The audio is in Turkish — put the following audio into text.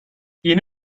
yeni